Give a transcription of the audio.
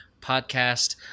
podcast